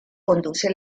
conduce